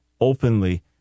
openly